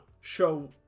show